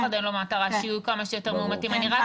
אף